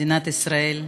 מדינת ישראל,